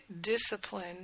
discipline